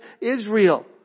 Israel